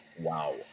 Wow